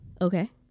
Okay